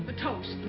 but toast.